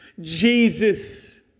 Jesus